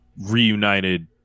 reunited